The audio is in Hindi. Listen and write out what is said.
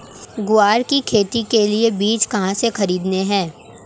ग्वार की खेती के लिए बीज कहाँ से खरीदने हैं?